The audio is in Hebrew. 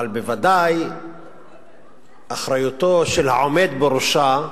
אבל בוודאי אחריותו של העומד בראשה,